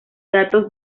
datos